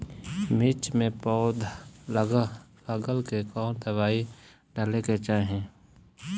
मिर्च मे पौध गलन के कवन दवाई डाले के चाही?